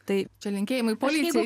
tai čia linkėjimai policijai